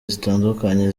zitandukanye